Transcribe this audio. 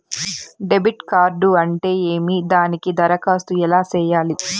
debit card అంటే ఏమి దానికి దరఖాస్తు ఎలా సేయాలి